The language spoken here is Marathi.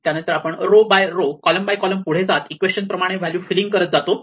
त्यानंतर आपण row by row column by column पुढे जात इक्वेशन प्रमाणे व्हॅल्यू फिलिंग करत जातो